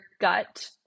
gut